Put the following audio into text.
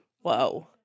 Whoa